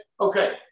Okay